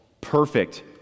Perfect